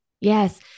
Yes